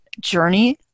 journey